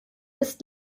ist